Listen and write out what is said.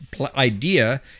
idea